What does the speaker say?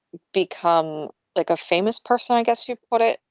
become like a famous person, i guess you put it.